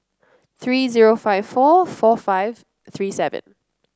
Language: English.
three zero five four four five three seven